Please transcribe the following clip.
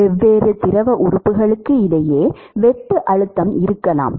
வெவ்வேறு திரவ உறுப்புகளுக்கு இடையே வெட்டு அழுத்தம் இருக்கலாம்